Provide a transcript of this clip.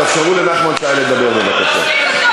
תאפשרו לנחמן שי לדבר, בבקשה.